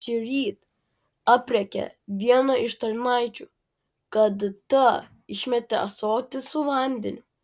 šįryt aprėkė vieną iš tarnaičių kad ta išmetė ąsotį su vandeniu